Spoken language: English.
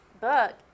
book